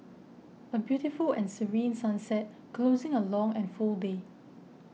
a beautiful and serene sunset closing a long and full day